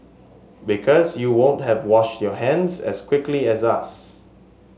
because you won't have washed your hands as quickly as us